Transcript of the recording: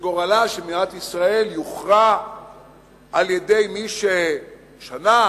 שגורלה של מדינת ישראל יוכרע על-ידי מי ששנה,